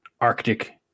arctic